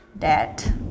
that